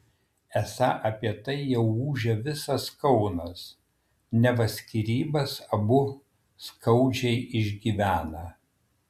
esą apie tai jau ūžia visas kaunas neva skyrybas abu skaudžiai išgyvena